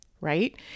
Right